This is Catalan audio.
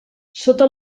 sota